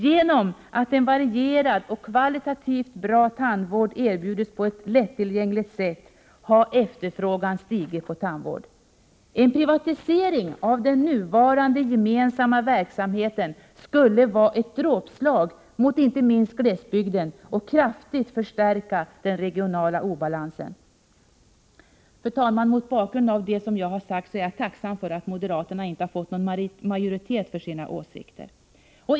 Genom att en varierad och kvalitativt bra tandvård erbjudits på ett lättillgängligt sätt har efterfrågan stigit på tandvård. En privatisering av den nuvarande gemensamma verksamheten skulle vara ett dråpslag inte minst mot glesbygden och kraftigt förstärka den regionala obalansen. Fru talman! Mot bakgrund av vad jag sagt är jag tacksam för att moderaterna inte fått majoritet för sina åsikter.